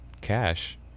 cash